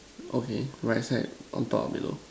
okay right side on top or below